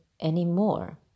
anymore